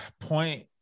point